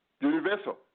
Universal